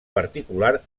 particular